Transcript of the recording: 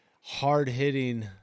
hard-hitting